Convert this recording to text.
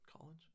college